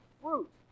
fruit